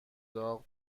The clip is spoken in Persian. داغ